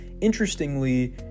Interestingly